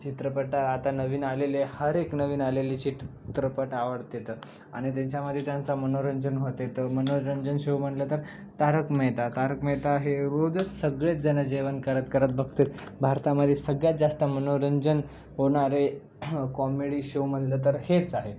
चित्रपट आता नवीन आलेले हर एक नवीन आलेलेचे चित्रपट आवडतात आणि त्यांच्यामध्ये त्यांचा मनोरंजन होते तर मनोरंजन शो म्हटलं तर तारक मेहता तारक मेहता हे रोजच सगळेचजण जेवण करत करत बघतील भारतामध्ये सगळ्यात जास्त मनोरंजन होणारे कॉमेडी शो म्हटलं तर हेच आहे